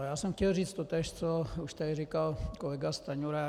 Já jsem chtěl říci totéž, co už tady říkal kolega Stanjura.